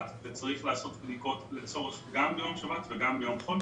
וצריך לעשות בדיקות גם בשבת וגם ביום חול.